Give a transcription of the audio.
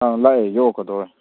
ꯑꯥ ꯂꯥꯛꯑꯦ ꯌꯧꯔꯛꯀꯗꯧꯔꯦ